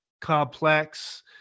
complex